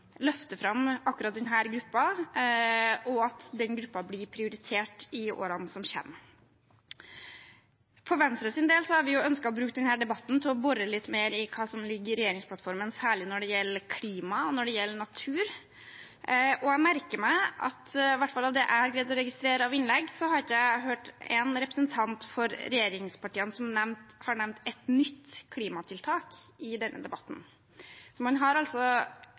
fram akkurat denne gruppen, og at den gruppen blir prioritert i årene som kommer. For Venstres del har vi ønsket å bruke denne debatten til å bore litt mer i hva som ligger i regjeringsplattformen, særlig når det gjelder klima, og når det gjelder natur. I hvert fall i det jeg har greid å registrere av innlegg, har jeg ikke hørt én representant for regjeringspartiene som har nevnt et nytt klimatiltak i denne debatten. Så man har